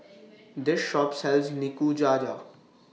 This Shop sells Nikujaga